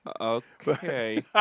Okay